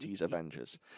Avengers